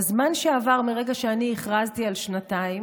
בזמן שעבר מרגע שאני הכרזתי על שנתיים